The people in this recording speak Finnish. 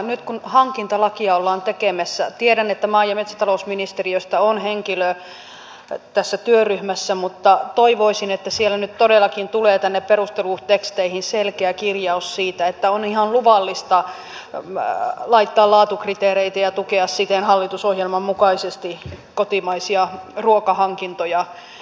nyt kun hankintalakia ollaan tekemässä tiedän että maa ja metsätalousministeriöstä on henkilö tässä työryhmässä toivoisin että nyt todellakin tulee tänne perusteluteksteihin selkeä kirjaus siitä että on ihan luvallista laittaa laatukriteereitä ja tukea siten hallitusohjelman mukaisesti kotimaisia ruokahankintoja